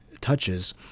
touches